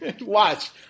Watch